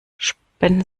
spenden